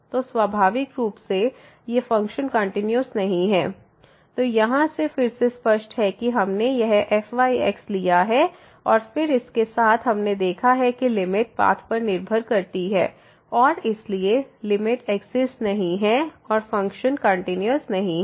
तो स्वाभाविक रूप से ये फ़ंक्शन कंटीन्यूअस नहीं हैं जो यहां से फिर से स्पष्ट है कि हमने यह fyxलिया है और फिर इसके साथ हमने देखा है कि लिमिट पाथ पर निर्भर करती है और इसलिए लिमिट एक्सिस्ट नहीं है और फंक्शन कंटीन्यूअस नहीं है